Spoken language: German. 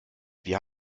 wir